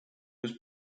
was